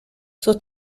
sus